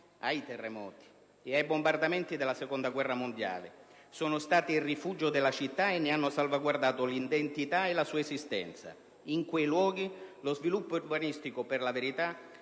ai terremoti ed ai bombardamenti della Seconda guerra mondiale. Sono stati il rifugio della città e ne hanno salvaguardato l'identità e l'esistenza. In quei luoghi lo sviluppo urbanistico, per la verità,